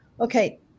Okay